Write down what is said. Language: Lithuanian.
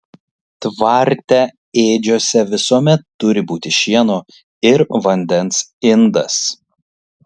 tvarte ėdžiose visuomet turi būti šieno ir vandens indas